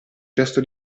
gesto